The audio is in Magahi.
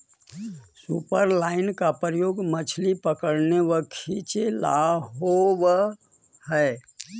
सुपरलाइन का प्रयोग मछली पकड़ने व खींचे ला होव हई